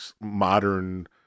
modern